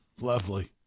Lovely